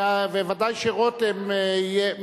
וודאי שרותם יהיה,